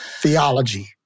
theology